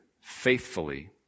faithfully